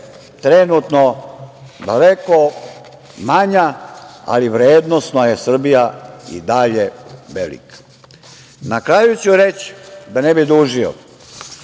trenutno daleko manja, ali vrednosno je Srbija i dalje velika. Na kraju ću reći, da ne bih dužio,